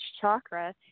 chakra